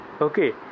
Okay